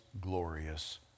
glorious